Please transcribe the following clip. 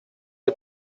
les